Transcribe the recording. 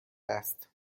است